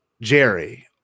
Jerry